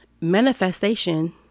manifestation